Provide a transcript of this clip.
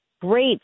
Great